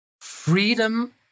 Freedom